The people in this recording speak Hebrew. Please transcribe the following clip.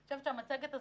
אני חושבת שהמצגת הזאת,